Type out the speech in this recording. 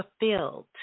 fulfilled